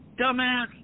dumbass